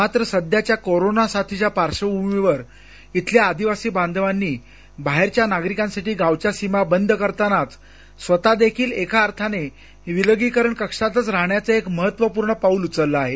मात्र सध्याच्या कोरोना साथीच्या पार्श्वभूमीवर इथल्या आदिवासी बांधवानी बाहेरच्या नागरिकांसाठी गावच्या सीमा बंद करतानाच स्वतः देखील एका अर्थाने विलगीकरण कक्षातच राहण्याचं एक महत्वपूर्ण पाऊल उचललं आहे